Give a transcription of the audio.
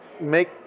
make